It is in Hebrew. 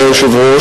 אדוני היושב-ראש,